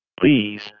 Please